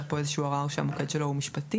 פה איזה שהוא ערר שהמוקד שלו הוא משפטי,